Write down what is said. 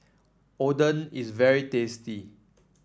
oden is very tasty